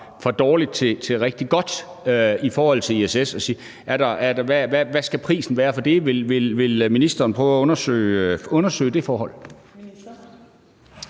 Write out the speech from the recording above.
fra dårligt til rigtig godt i forhold til ISS? Hvad skal prisen være for det? Vil ministeren prøve at undersøge det forhold?